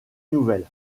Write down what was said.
nouvelle